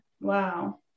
Wow